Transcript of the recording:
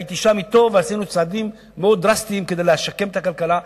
הייתי שם אתו ועשינו צעדים מאוד דרסטיים כדי לשקם את הכלכלה.